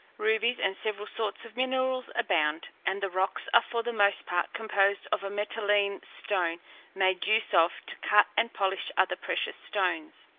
rubies and several sorts of minerals abound, and the rocks are for the most part composed of a metalline stone made use of to cut and polish other precious stones.